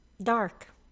dark